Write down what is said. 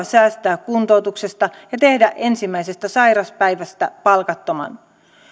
säästää kuntoutuksesta ja tehdä ensimmäisestä sairauspäivästä palkattoman